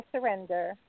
surrender